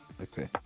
Okay